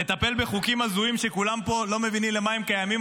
לטפל בחוקים הזויים שכולם פה לא מבינים למה הם קיימים,